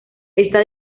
está